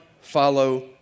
follow